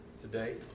today